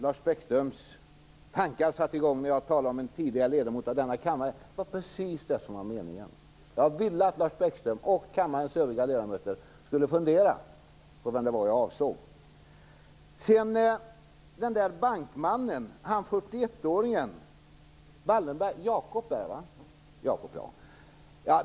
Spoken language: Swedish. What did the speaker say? Lars Bäckströms tankar satte i gång när jag talade om en tidigare ledamot av denna kammare. Det var precis det som var meningen. Jag ville att Lars Bäckström och kammarens övriga ledamöter skulle fundera på vem det var jag avsåg. Sedan nämnde Lars Bäckström den där bankmannen, 41-åringen Jacob Wallenberg.